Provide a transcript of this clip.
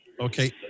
Okay